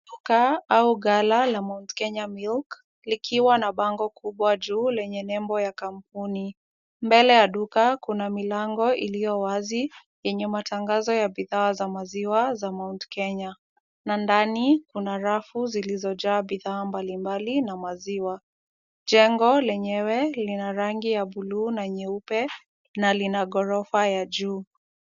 Duka au gala la Mt. Kenya milk, likiwa na bango kubwa juu lenye nembo ya kampuni. Mbele ya duka kuna milango iliyo wazi, yenye matangazo ya bidhaa za maziwa za Mt. Kenya na ndani kuna rafu zilizojaa bidhaa mbalimbali na maziwa. Jengo lenyewe lina rangi ya blue na nyeupe na lina ghorofa ya juu.